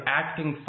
acting